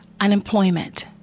unemployment